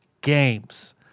games